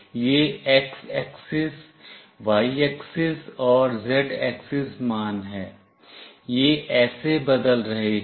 यह x axis y axis और z axis मान है यह ऐसे बदल रहे हैं